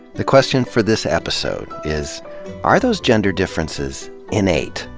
the question for this episode is are those gender differences innate,